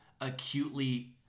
acutely